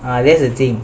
that's the thing